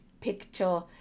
picture